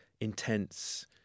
intense